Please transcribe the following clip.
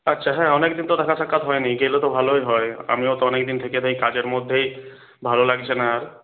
আচ্ছা হ্যাঁ অনেকদিন তো দেখা সাক্ষাৎ হয়নি গেলে তো ভালোই হয় আমিও তো অনেকদিন থেকে এই কাজের মধ্যেই ভালো লাগছে না আর